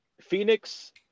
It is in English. Phoenix